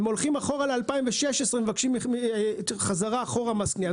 הם הולכים אחורה ל-2016 ומבקשים חזרה מס קנייה.